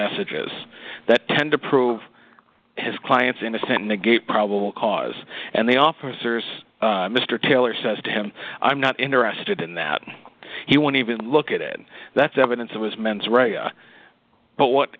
messages that tend to prove his client's innocence negate probable cause and the officers mr taylor says to him i'm not interested in that he won't even look at it that's evidence of his men's rights but what